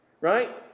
Right